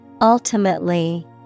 Ultimately